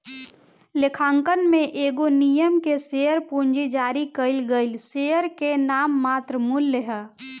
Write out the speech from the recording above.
लेखांकन में एगो निगम के शेयर पूंजी जारी कईल गईल शेयर के नाममात्र मूल्य ह